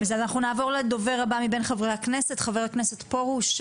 נעבור לדובר הבא מבין חברי הכנסת, חבר הכנסת פרוש.